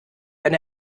wenn